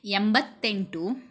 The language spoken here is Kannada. ಎಂಬತ್ತೆಂಟು